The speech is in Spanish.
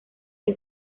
que